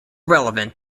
relevant